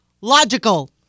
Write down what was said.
Logical